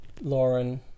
Lauren